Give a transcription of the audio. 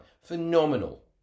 phenomenal